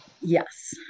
Yes